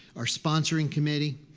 our sponsoring committee,